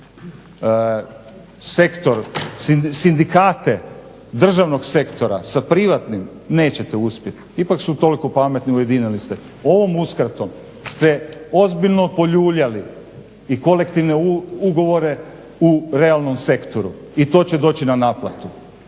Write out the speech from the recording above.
posvađati sektor sindikate državnog sektora sa privatnim nećete uspjeti. Ipak su toliko pametni i ujedinili se. Ovom uskratom ste ozbiljno poljuljali i kolektivne ugovore u realnom sektoru i to će doći na naplatu.